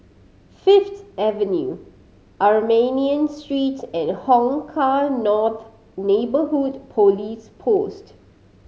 Fifth Avenue Armenian Street and Hong Kah North Neighbourhood Police Post